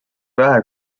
vähe